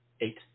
Eight